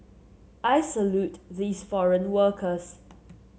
I salute these foreign workers